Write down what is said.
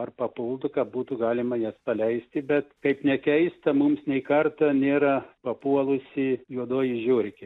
ar papultų kad būtų galima jas paleisti bet kaip nekeista mums nė karto nėra papuolusi juodoji žiurkė